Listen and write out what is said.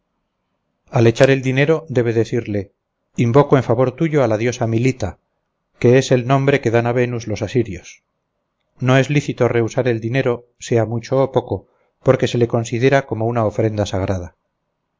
al echar el dinero debe decirle invoco en favor tuyo a la diosa milita que este es el nombre que dan a venus los asirios no es lícito rehusar el dinero sea mucho o poco porque se le considera como una ofrenda sagrada